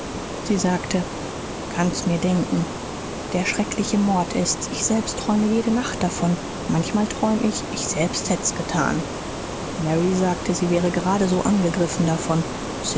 sie sagte kann mir's denken der schreckliche mord ist's ich selbst träume jede nacht davon manchmal träum ich ich selbst hätt's getan mary sagte sie wäre gerade so angegriffen davon